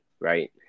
right